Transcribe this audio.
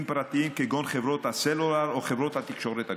פרטיים כגון חברות הסלולר או חברות התקשורת הגדולות.